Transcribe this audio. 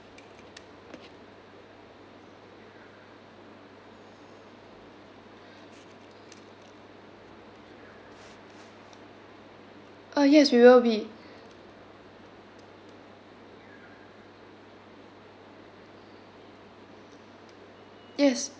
uh yes we will be yes